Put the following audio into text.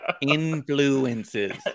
Influences